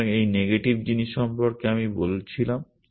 সুতরাং এই নেগেটিভ জিনিস সম্পর্কে আমি বলছিলাম